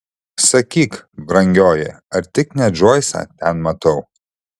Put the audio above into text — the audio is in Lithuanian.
sakyk brangioji ar tik ne džoisą ten matau